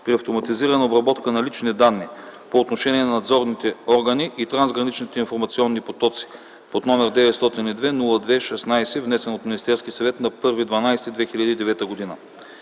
при автоматизирана обработка на лични данни, по отношение на надзорните органи и трансграничните информационни потоци, № 902-02-16, внесен от Министерския съвет на 1.12.2009 г.